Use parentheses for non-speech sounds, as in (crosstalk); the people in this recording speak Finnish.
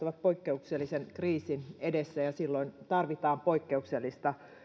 (unintelligible) ovat poikkeuksellisen kriisin edessä ja silloin tarvitaan poikkeuksellista